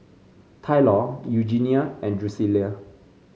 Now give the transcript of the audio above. Tylor Eugenia and Drucilla